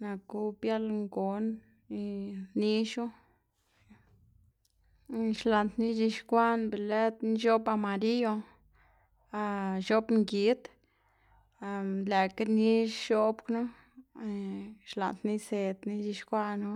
naku biaꞌl ngon y nixu, xlaꞌndná ix̱ixkwaꞌná be lëdná x̱oꞌb amariyo x̱oꞌb ngid lëꞌkga nix x̱oꞌb knu xlaꞌndná isedná ix̱ixkwaꞌnu.